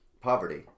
poverty